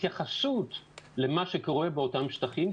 התייחסות למה שקורה באותם שטחים,